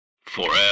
Forever